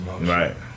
right